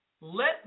Let